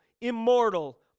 immortal